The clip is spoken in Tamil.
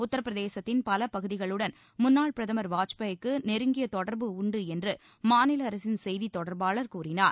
உத்தரப்பிரதேசத்தின் பல பகுதிகளுடன் முன்னாள் பிரதமர் வாஜ்பாய்க்கு நெருங்கிய தொடர்பு உண்டு என்று மாநில அரசின் செய்தித் தொடர்பாளர் கூறினார்